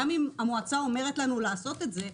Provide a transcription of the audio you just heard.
גם אם המועצה אומרת לנו לעשות את זה,